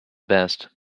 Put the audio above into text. best